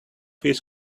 his